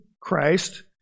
Christ